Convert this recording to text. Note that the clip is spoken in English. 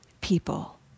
people